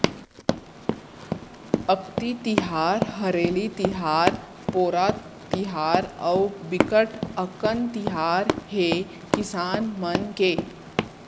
अक्ति तिहार, हरेली तिहार, पोरा तिहार अउ बिकट अकन तिहार हे किसान मन के